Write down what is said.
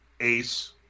ace